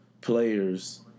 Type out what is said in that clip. players